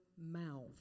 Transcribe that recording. mouth